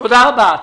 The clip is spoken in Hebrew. תודה רבה.